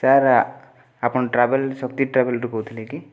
sir ଆ ଆପଣ travel Shakti ଟ୍ରାଭେଲ୍ରୁ କହୁଥିଲେ କି